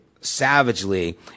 savagely